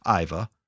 Iva